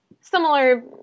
similar